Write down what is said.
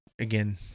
again